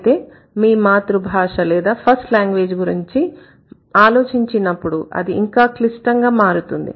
అయితే మీ మాతృభాష లేదా ఫస్ట్ లాంగ్వేజ్ గురించి ఆలోచించినప్పుడు అది ఇంకా క్లిష్టంగా మారుతుంది